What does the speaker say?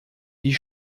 die